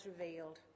revealed